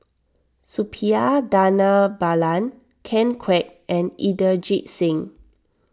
Suppiah Dhanabalan Ken Kwek and Inderjit Singh